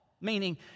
meaning